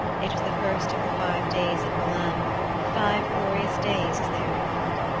it was the first of the five days in milan the five glorious days, as they are called.